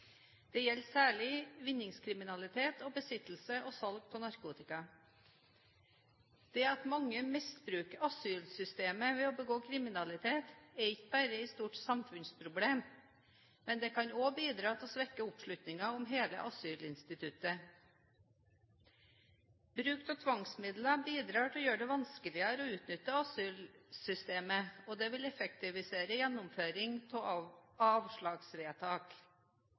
Det gjelder særlig vinningskriminalitet og besittelse og salg av narkotika. Det at mange misbruker asylsystemet ved å begå kriminalitet, er ikke bare et stort samfunnsproblem, men det kan også bidra til å svekke oppslutningen om hele asylinstituttet. Bruk av tvangsmidler bidrar til å gjøre det vanskeligere å utnytte asylsystemet, og det vil effektivisere gjennomføringen av avslagsvedtak.